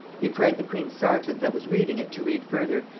he prayed the queen's serjeant that was reading it to read further,